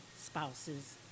spouses